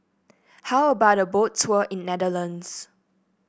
how about a Boat Tour in Netherlands